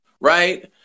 Right